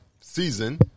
season